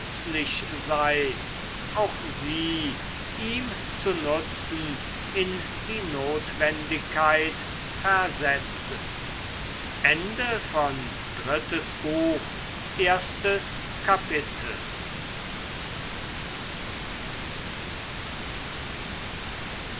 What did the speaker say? sei auch sie ihm zu nutzen in die notwendigkeit versetze zweites kapitel